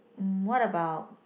what about